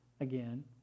again